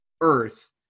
Earth